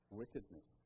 wickedness